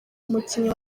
umukinnyi